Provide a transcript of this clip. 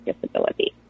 disability